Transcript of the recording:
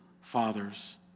fathers